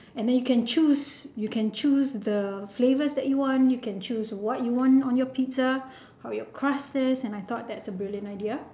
and then you can choose you can choose the flavours that you want you can choose what you want on your pizza how your crust is and I thought that is a brilliant idea